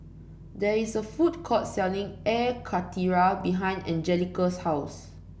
there is a food court selling Air Karthira behind Angelica's house